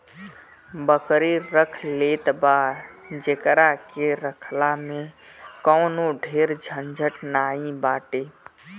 बकरी रख लेत बा जेकरा के रखला में कवनो ढेर झंझट नाइ बाटे